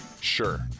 Sure